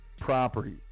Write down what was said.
property